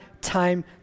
time